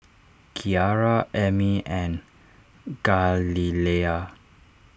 Kiara Emmie and Galilea